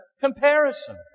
comparison